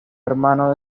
hermano